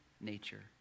nature